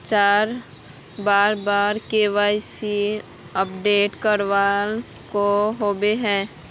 चाँह बार बार के.वाई.सी अपडेट करावे के होबे है?